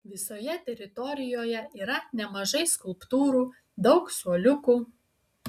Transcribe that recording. visoje teritorijoje yra nemažai skulptūrų daug suoliukų